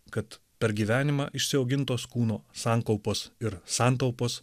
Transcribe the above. kad per gyvenimą išsiaugintos kūno sankaupos ir santaupos